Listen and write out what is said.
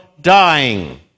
dying